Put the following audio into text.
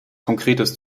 konkretes